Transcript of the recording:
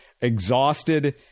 exhausted